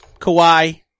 Kawhi